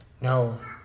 No